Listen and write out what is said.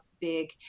big